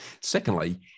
Secondly